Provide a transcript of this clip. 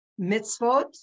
Mitzvot